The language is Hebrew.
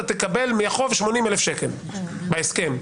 אתה תקבל מהחוב 80,000 שקל בהסכם.